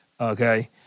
Okay